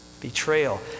Betrayal